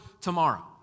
tomorrow